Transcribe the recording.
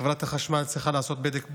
חברת החשמל צריכה לעשות בדק בית.